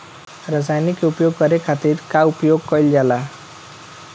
रसायनिक के प्रयोग करे खातिर का उपयोग कईल जाला?